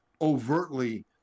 overtly